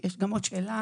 יש גם עוד שאלה,